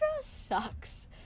sucks